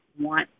want